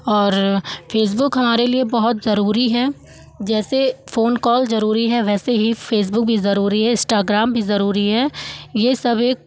और फ़ेसबुक हमारे लिए बहुत जरूरी है जैसे फोन कॉल जरूरी है वैसे ही फ़ेसबुक भी जरूरी है इस्टाग्राम भी जरूरी है ये सब एक